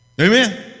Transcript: amen